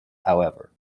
however